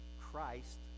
Christ